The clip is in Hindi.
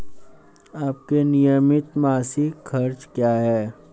आपके नियमित मासिक खर्च क्या हैं?